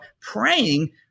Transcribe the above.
praying